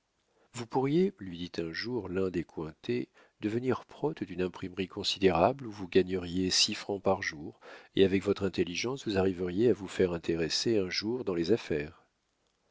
vous pourriez lui dit un jour l'un des cointet devenir prote d'une imprimerie considérable où vous gagneriez six francs par jour et avec votre intelligence vous arriveriez à vous faire intéresser un jour dans les affaires